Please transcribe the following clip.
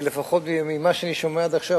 כי לפחות ממה שאני שומע עד עכשיו,